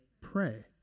Pray